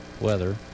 weather